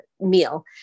meal